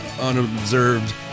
unobserved